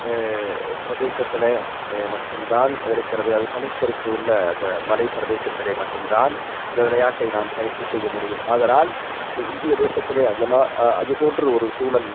பிரதேசத்தில் மட்டும் தான் இருக்கிறது அது பனி சறுக்கு உள்ள அந்த மலைப் பிரதேசத்தில் மட்டும் தான் இந்த விளையாட்டை நாம் பயிற்சி செய்ய முடியும் ஆதலால் இது இந்திய தேசத்தில் அந்த மா அது போன்று ஒரு சூழல்